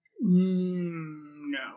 No